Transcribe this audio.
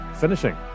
finishing